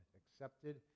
accepted